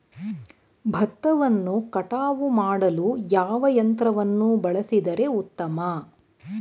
ಭತ್ತವನ್ನು ಕಟಾವು ಮಾಡಲು ಯಾವ ಯಂತ್ರವನ್ನು ಬಳಸಿದರೆ ಉತ್ತಮ?